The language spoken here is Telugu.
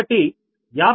కాబట్టి 52